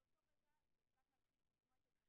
וגם אחרי שמחלקים את התיקים